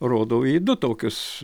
rodau į du tokius